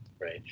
right